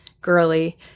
girly